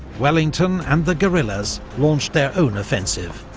wellington and the guerrillas launched their own offensive.